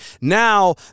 Now